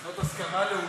זאת הסכמה לאומית.